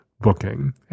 booking